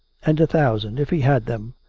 and a thousand if he had them.